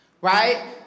Right